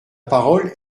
parole